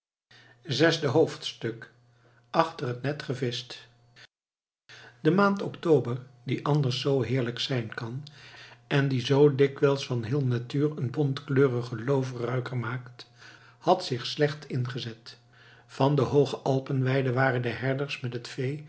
zesde hoofdstuk achter het net gevischt de maand october die anders zoo heerlijk zijn kan en die zoo dikwijls van heel natuur een bontkleurigen looverruiker maakt had zich slecht ingezet van de hooge alpenweiden waren de herders met het